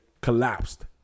collapsed